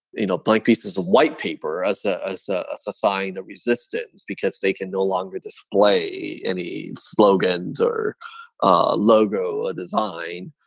you know blank pieces of white paper as ah as a sign of resistance because they can no longer display any slogans or ah logo or ah design.